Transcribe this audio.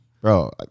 Bro